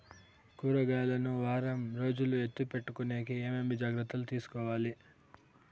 కూరగాయలు ను వారం రోజులు ఎత్తిపెట్టుకునేకి ఏమేమి జాగ్రత్తలు తీసుకొవాలి?